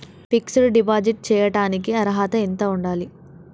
Fix డ్ deposit చేయటానికి అర్హత ఎంత ఉండాలి?